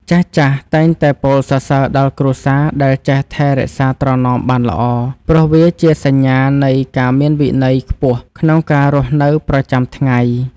ចាស់ៗតែងតែពោលសរសើរដល់គ្រួសារដែលចេះថែរក្សាត្រណមបានល្អ ព្រោះវាជាសញ្ញានៃការមានវិន័យខ្ពស់ក្នុងការរស់នៅប្រចាំថ្ងៃ។